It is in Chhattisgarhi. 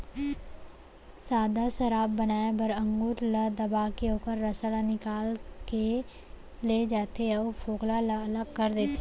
सादा सराब बनाए बर अंगुर ल दबाके ओखर रसा ल निकाल ले जाथे अउ फोकला ल अलग कर देथे